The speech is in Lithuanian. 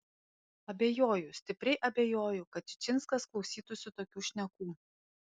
abejoju stipriai abejoju kad čičinskas klausytųsi tokių šnekų